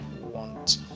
want